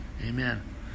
Amen